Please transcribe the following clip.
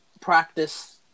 practice